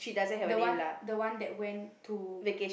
the one the one that went to